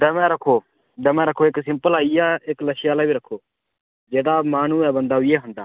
द'मै रक्खो द'मै रक्खो इक सिंपल आई गेआ इक लच्छे आह्ला बी रक्खो जेह्दा मन होए बंदा उ'यै खंदा